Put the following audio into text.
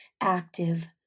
active